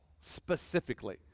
specifically